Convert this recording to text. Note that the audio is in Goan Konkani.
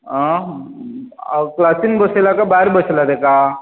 आं क्लासीन बसयलां काय भायर बसयलां ताका